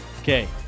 Okay